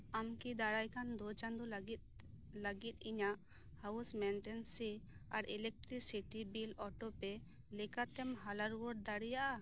ᱟᱢ ᱠᱤ ᱫᱟᱨᱟᱭ ᱠᱟᱱ ᱫᱩ ᱪᱟᱸᱫᱚ ᱞᱟᱜᱤᱫ ᱞᱟᱜᱤᱫ ᱤᱧᱟᱜ ᱦᱟᱣᱩᱥ ᱢᱮᱱᱴᱮᱱᱥᱤ ᱟᱨ ᱤᱞᱮᱠᱴᱨᱤᱥᱤᱴᱤ ᱵᱤᱞ ᱚᱴᱳᱯᱮ ᱞᱮᱠᱟᱛᱮᱢ ᱦᱟᱞᱟ ᱨᱩᱣᱟᱹᱲ ᱫᱟᱲᱮᱭᱟᱜᱼᱟ